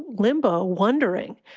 limbo wondering.